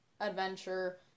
adventure